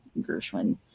gershwin